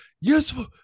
useful